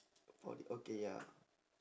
for the okay ya